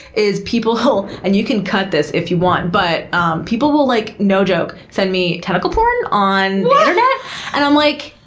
is people and you can cut this if you want but um people will, like no joke, send me tentacle porn on the internet. and um like